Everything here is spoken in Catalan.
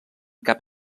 cap